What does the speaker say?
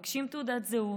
מבקשים תעודת זהות,